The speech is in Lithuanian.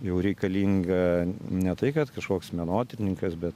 jau reikalinga ne tai kad kažkoks menotyrininkas bet